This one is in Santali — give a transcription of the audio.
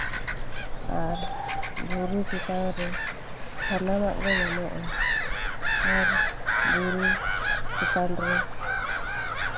ᱟᱨ ᱵᱩᱨᱩ ᱪᱮᱛᱟᱱ ᱨᱮ ᱥᱟᱱᱟᱢᱟᱜ ᱜᱮ ᱧᱟᱢᱚᱜᱼᱟ ᱟᱨ ᱵᱩᱨᱩ ᱪᱮᱛᱟᱱ ᱨᱮ